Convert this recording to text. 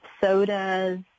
sodas